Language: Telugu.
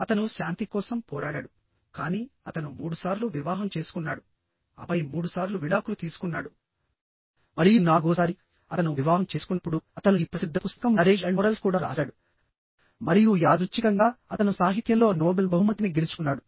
అతను శాంతి కోసం పోరాడాడు కానీ అతను మూడుసార్లు వివాహం చేసుకున్నాడు ఆపై మూడుసార్లు విడాకులు తీసుకున్నాడు మరియు నాలుగోసారి అతను వివాహం చేసుకున్నప్పుడు అతను ఈ ప్రసిద్ధ పుస్తకం మ్యారేజ్ అండ్ మోరల్స్ కూడా రాశాడు మరియు యాదృచ్ఛికంగా అతను సాహిత్యంలో నోబెల్ బహుమతిని గెలుచుకున్నాడు